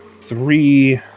three